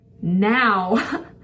now